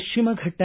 ಪಶ್ವಿಮ ಘಟ್ಟ